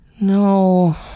No